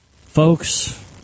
Folks